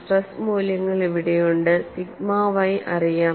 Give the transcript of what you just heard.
stress മൂല്യങ്ങൾ ഇവിടെയുണ്ട് sigma Y അറിയാം